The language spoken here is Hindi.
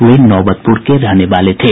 वे नौबतपुर के रहने वाले थे